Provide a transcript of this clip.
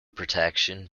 protection